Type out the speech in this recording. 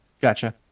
Gotcha